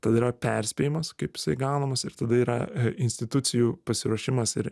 tada yra perspėjimas kaip jisai gaunamas ir tada yra institucijų pasiruošimas ir